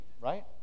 right